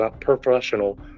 professional